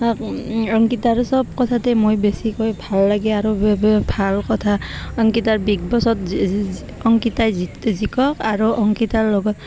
অংকিতাৰো চব কথাতেই মই বেছিকৈ ভাল লাগে আৰু ভাল কথা অংকিতাৰ বিগ বছত অংকিতাই জিকক আৰু অংকিতাৰ লগত